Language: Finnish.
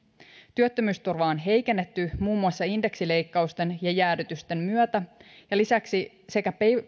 on heikennetty muun muassa indeksileikkausten ja jäädytysten myötä ja lisäksi sekä